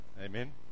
Amen